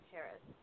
Paris